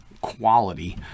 quality